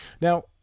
Now